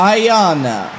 Ayana